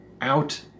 out